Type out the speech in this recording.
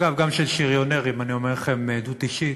אגב, גם של שריונרים, אני אומר לכם מעדות אישית,